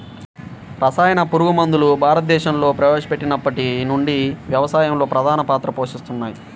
రసాయన పురుగుమందులు భారతదేశంలో ప్రవేశపెట్టినప్పటి నుండి వ్యవసాయంలో ప్రధాన పాత్ర పోషిస్తున్నాయి